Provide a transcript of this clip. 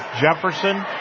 Jefferson